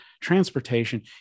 transportation